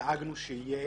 דאגנו שיהיה